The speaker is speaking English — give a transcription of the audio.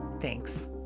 Thanks